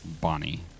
Bonnie